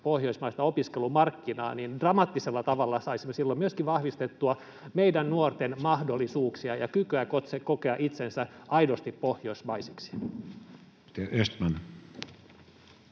pohjoismaista opiskelumarkkinaa, niin dramaattisella tavalla saisimme silloin myöskin vahvistettua meidän nuorten mahdollisuuksia ja kykyä kokea itsensä aidosti pohjoismaisiksi. [Speech 27]